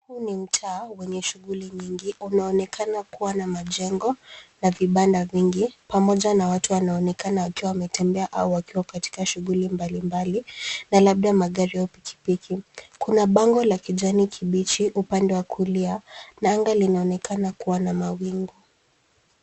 Huu ni mtaa wenye shughuli nyingi unaonekana kuwa na majengo na vibanda vingi pamoja na watu wanaonekana wametembea au wakiwa katika shughuli mbalimbali na landa magari au pikipiki. Kuna bango la kijani kibichi upande wa kulia na anga linaonekana kuwa na mawingu.